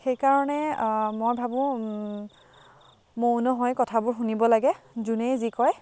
সেইকাৰণে মই ভাবোঁ মৌন হৈ কথাবোৰ শুনিব লাগে যোনেই যি কয়